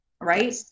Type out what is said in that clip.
right